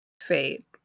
fate